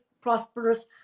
prosperous